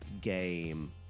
game